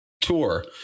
tour